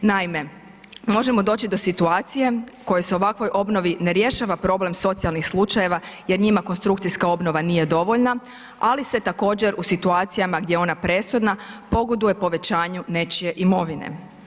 Naime, možemo doći do situacije kojoj se ovakvoj obnovi ne rješava problem socijalnih slučajeva je njima konstrukcijska obnova nije dovoljna, ali se također u situacijama gdje je ona presudna pogoduje povećanju nečije imovine.